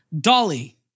dolly